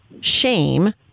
shame